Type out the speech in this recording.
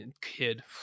kid